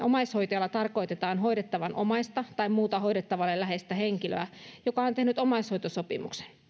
omaishoitajalla tarkoitetaan hoidettavan omaista tai muuta hoidettavalle läheistä henkilöä joka on tehnyt omaishoitosopimuksen